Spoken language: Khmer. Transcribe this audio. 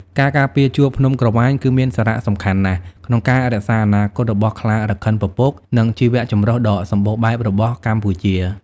ការការពារជួរភ្នំក្រវាញ គឺមានសារៈសំខាន់ណាស់ក្នុងការរក្សាអនាគតរបស់ខ្លារខិនពពក និងជីវៈចម្រុះដ៏សម្បូរបែបរបស់កម្ពុជា។